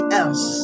else